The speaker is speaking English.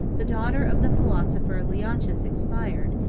the daughter of the philosopher leontius expired,